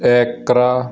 ਐਕਰਾ